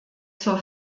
zur